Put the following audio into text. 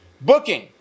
Booking